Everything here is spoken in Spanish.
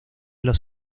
los